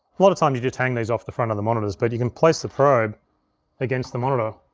a lot of times, you just hang these off the front of the monitors, but you can place the probe against the monitor.